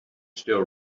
still